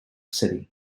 city